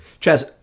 Chaz